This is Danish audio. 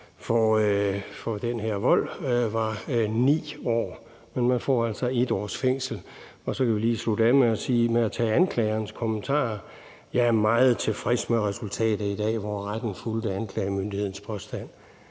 for den her vold var 9 år, men det gav altså samlet 1 års fængsel. Så kan vi lige slutte af med at tage anklagerens kommentar: Jeg er meget tilfreds med resultatet i dag, hvor retten fulgte anklagemyndighedens påstand.